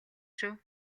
шүү